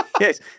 Yes